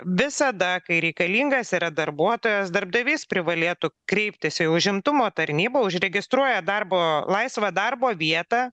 visada kai reikalingas yra darbuotojas darbdavys privalėtų kreiptis į užimtumo tarnybą užregistruoja darbo laisvą darbo vietą